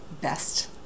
best